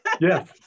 Yes